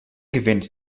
gewinnt